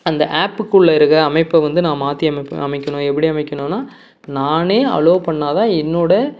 அந்த ஆப்புக்குள்ளே இருக்க அமைப்பை வந்து நான் மாற்றி அமைக் அமைக்கணும் எப்படி அமைக்கணுன்னால் நானே அலோவ் பண்ணிணாதான் என்னோட